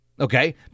Okay